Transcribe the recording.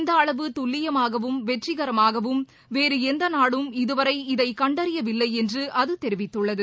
இந்தஅளவு துல்லியமாகவும் வெற்றிகரமாகவும் வேறுஎந்தநாடும் இதுவரை இதைகண்டறியவில்லைஎன்றுஅதுதெரிவித்துள்ளது